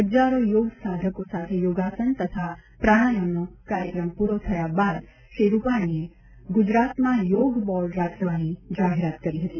હજારો યોગ સાધકો સાથે યોગાસન તથા પ્રાણાયમનો કાર્યક્રમ પુરો થયા બાદ શ્રી રૂપાણીએ ગુજરાતમાં યોગ બોર્ડ રચવાની જાહેરાત કરી હતી